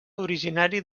originari